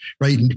right